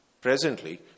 presently